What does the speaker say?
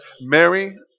Mary